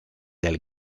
del